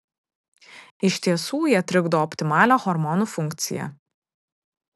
iš tiesų jie trikdo optimalią hormonų funkciją